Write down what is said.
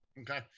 Okay